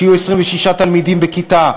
שיהיו 26 תלמידים בכיתה,